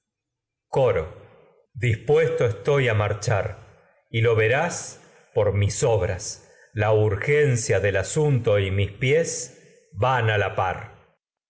coro dispuesto estoy obras la a marchar y y lo verás por mis urgencia del asunto hierro mis pies van a la par